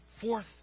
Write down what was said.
Fourth